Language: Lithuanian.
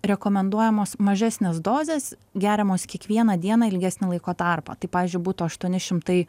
rekomenduojamos mažesnės dozės geriamos kiekvieną dieną ilgesnį laiko tarpą tai pavyzdžiui būtų aštuoni šimtai